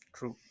True